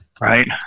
Right